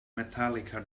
metallica